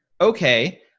okay